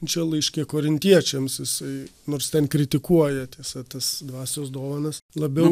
čia laiške korintiečiams jisai nors ten kritikuoja tiesa tas dvasios dovanas labiau